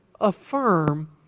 affirm